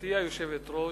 גברתי היושבת-ראש,